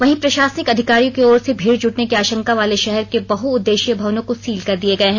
वहीं प्रशासनिक अधिकारियों की ओर से भीड़ जुटने की आशंका वाले शहर के बहउद्देशीय भवनों को सील कर दिये गए हैं